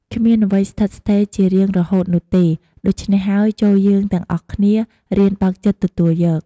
គ្មានអ្វីស្ថិតស្ថេរជារៀងរហូតនោះទេ ដូច្នេះហើយចូរយើងទាំងអស់គ្នារៀនបើកចិត្តទទួលយក។